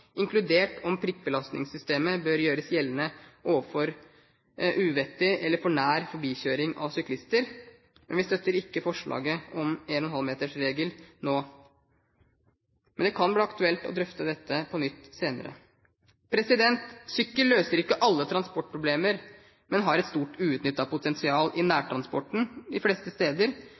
inkludert om prikkbelastningssystemet bør gjøres gjeldende overfor uvettig kjøring overfor eller for nær forbikjøring av syklister. Vi støtter ikke forslaget om 1,5 meters-regel nå, men det kan bli aktuelt å drøfte dette på nytt senere. Sykkel løser ikke alle transportproblemer, men har et stort uutnyttet potensial i nærtransporten de fleste steder,